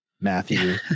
Matthew